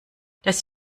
das